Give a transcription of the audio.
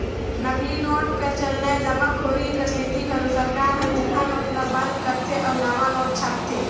नकली नोट कर चलनए जमाखोरी कर सेती घलो सरकार हर जुनहा नोट ल बंद करथे अउ नावा नोट छापथे